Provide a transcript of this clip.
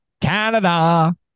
Canada